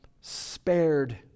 spared